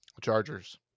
Chargers